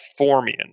Formian